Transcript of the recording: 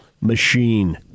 machine